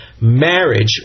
marriage